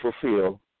fulfill